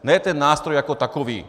Ne ten nástroj jako takový.